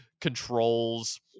controls